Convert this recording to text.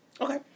Okay